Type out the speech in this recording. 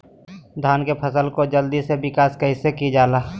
धान की फसलें को जल्दी से विकास कैसी कि जाला?